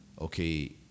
okay